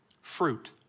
Fruit